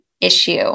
issue